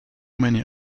many